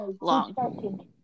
long